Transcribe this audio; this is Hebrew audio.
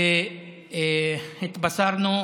והתבשרנו